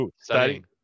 Studying